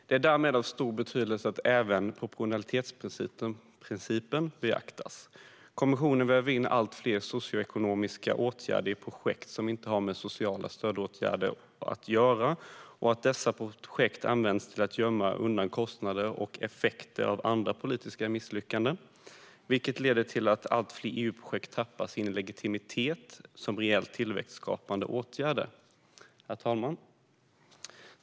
Det är därmed av stor betydelse att även proportionalitetsprincipen beaktas. Kommissionen väver in allt fler socioekonomiska åtgärder i projekt som inte har med sociala stödåtgärder att göra, och dessa projekt används till att gömma undan kostnader och effekter av andra politiska misslyckanden, vilket leder till att allt fler EU-projekt tappar sin legitimitet som reellt tillväxtskapande åtgärder Herr talman!